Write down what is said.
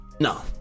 No